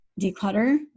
declutter